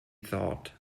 thought